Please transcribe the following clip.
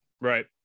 Right